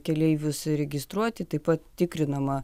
keleivius registruoti taip pat tikrinama